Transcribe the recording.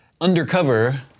Undercover